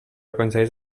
aconsegueix